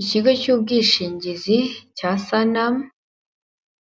Ikigo cy'ubwishingizi cya Sanlam,